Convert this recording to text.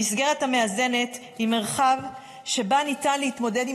המסגרת המאזנת היא מרחב שבו ניתן להתמודד עם